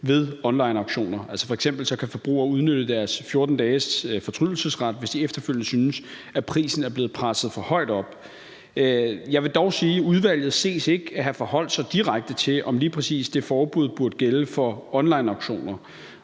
ved onlineauktioner. F.eks. kan forbrugere udnytte deres 14 dages fortrydelsesret, hvis de efterfølgende synes, at prisen er blevet presset for højt op. Jeg vil dog sige, at udvalget ikke ses at have forholdt sig direkte til, om lige præcis det forbud burde gælde for onlineauktioner.